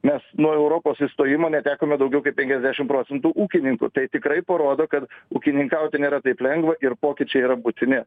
mes nuo europos įstojimo netekome daugiau kaip penkiasdešimt procentų ūkininkų tai tikrai parodo kad ūkininkauti nėra taip lengva ir pokyčiai yra būtini